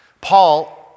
Paul